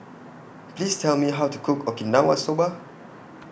Please Tell Me How to Cook Okinawa Soba